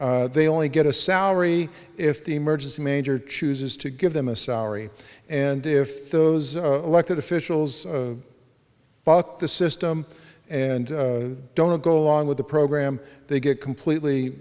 they only get a salary if the emergency major chooses to give them a salary and if those elected officials buck the system and don't go along with the program they get completely